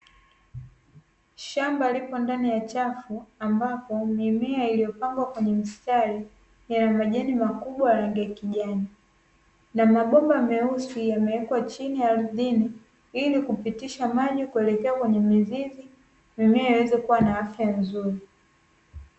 Shamba lipo ndani ya chapo ambapo mimea iliyopangwa katika mistari yenye majani makubwa ya rangi ya kijani. Mabomba meusi yemewekwa ardhini ili kupitisha maji kuelekea kwenye mizizi mimea iweze kuwa na afya nzuri.